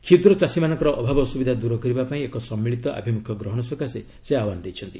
କ୍ଷୁଦ୍ର ଚାଷୀମାନଙ୍କର ଅଭାବ ଅସୁବିଧା ଦୂର କରିବା ପାଇଁ ଏକ ସମ୍ମିଳୀତ ଆଭିମୁଖ୍ୟ ଗ୍ରହଣ ସକାଶେ ସେ ଆହ୍ୱାନ ଦେଇଛନ୍ତି